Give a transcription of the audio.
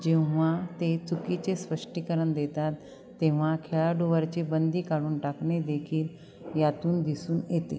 जेव्हा ते चुकीचे स्पष्टीकरण देतात तेव्हा खेळाडूवरची बंदी काढून टाकणेदेखील यातून दिसून येते